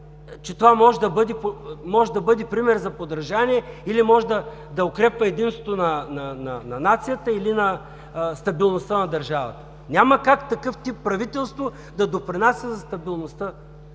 че това може да бъде пример за подражание или може да укрепва единството на нацията или на стабилността на държавата. Няма как такъв тип правителство да допринася за стабилността